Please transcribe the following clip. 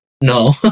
no